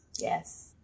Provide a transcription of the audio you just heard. Yes